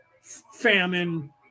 famine